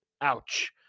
Ouch